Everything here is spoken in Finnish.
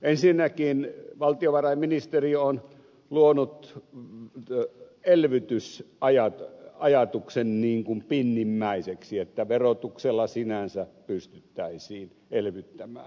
ensinnäkin valtiovarainministeriö on luonut elvytysajatuksen niin kuin pinnimmäiseksi että verotuksella sinänsä pystyttäisiin elvyttämään